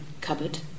cupboard